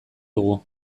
dugu